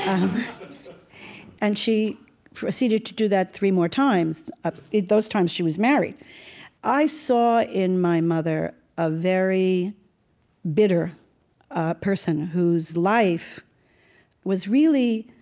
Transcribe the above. um and she proceeded to do that three more times ah those times she was married i saw in my mother a very bitter ah person, whose life was really